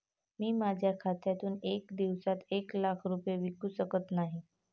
मी माझ्या खात्यातून एका दिवसात एक लाख रुपये विकू शकत नाही